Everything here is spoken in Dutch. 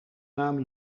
naam